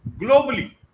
globally